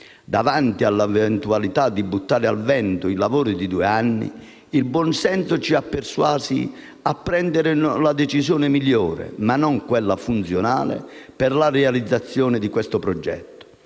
Davanti all'eventualità di buttare al vento il lavoro di due anni, il buon senso ci ha persuasi a prendere la decisione migliore, ma non quella più funzionale per la realizzazione di questo progetto.